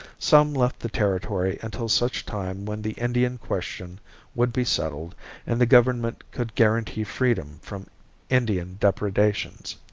some left the territory until such time when the indian question would be settled and the government could guarantee freedom from indian depredations.